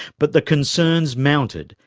but the concerns mounted,